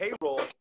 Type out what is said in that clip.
payroll –